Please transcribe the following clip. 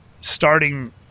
starting